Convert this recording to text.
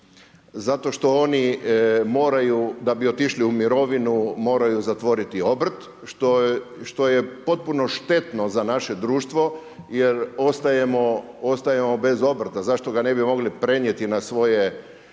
zato što oni moraju da bi otišli u mirovinu moraju zatvoriti obrt što je potpuno štetno za naše društvo jer ostajemo bez obrta. Zašto ga ne bi mogli prenijeti na svoje